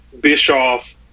Bischoff